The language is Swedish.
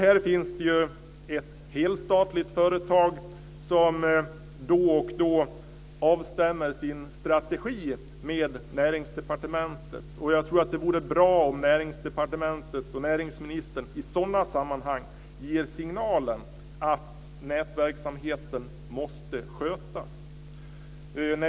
Det finns ju ett helstatligt företag som då och då avstämmer sin strategi med Näringsdepartementet. Jag tror att det vore bra om Näringsdepartementet och näringsministern i sådana sammanhang gav signalen att nätverksamheten måste skötas.